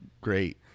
Great